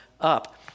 up